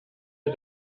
ihr